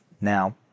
Now